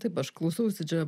taip aš klausausi čia